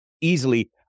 easily